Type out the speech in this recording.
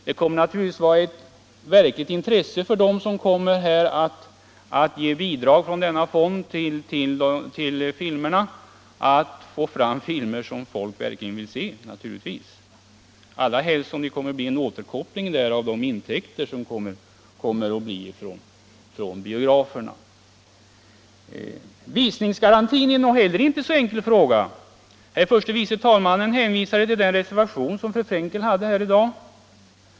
De som kommer att ge bidragen från denna fond kommer verkligen att vara intresserade av att få fram filmer som folk vill se. Detta gäller allra helst som det blir en återkoppling till de intäkter som kommer från biograferna. Visningsgarantin är inte heller en så enkel fråga. Herr förste vice talmannen hänvisar till den reservation som fru Frenkel talar för här i dag.